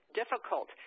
difficult